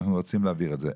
ואנחנו רוצים להעביר את זה,